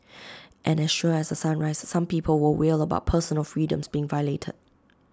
and as sure as A sunrise some people will wail about personal freedoms being violated